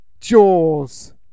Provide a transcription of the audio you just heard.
Jaws